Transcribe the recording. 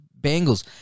Bengals